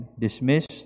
dismiss